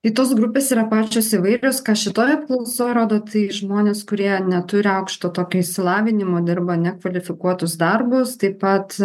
tai tos grupės yra pačios įvairios ką šitoj apklausoj rodo tai žmonės kurie neturi aukšto tokio išsilavinimo dirba nekvalifikuotus darbus taip pat